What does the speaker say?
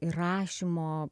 ir rašymo